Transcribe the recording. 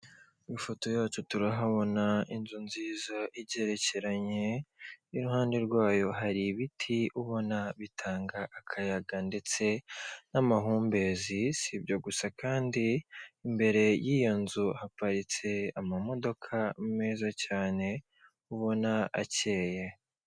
Ku ifoto yacu turahabona inzu nziza igerekeranye, iruhande rwayo hari ibiti ubona bitanga akayaga ndetse n'amahumbezi, si ibyo gusa kandi imbere y'iyo nzu haparitse amamodoka meza cyane ubona akeye.